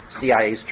CIA's